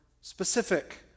specific